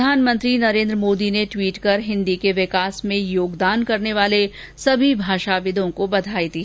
प्रधानमंत्री नरेन्द्र मोदी ने टवीट कर हिन्दी के विकास में योगदान करने वाले सभी भाषाविदों को बधाई दी